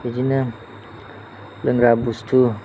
बिदिनो लोंग्रा बुस्तु